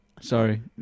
sorry